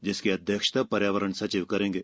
जिसकी अध्यक्षता पर्यावरण सचिव करेंगे